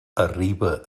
arriba